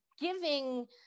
giving